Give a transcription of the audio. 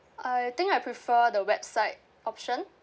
I think I prefer the website option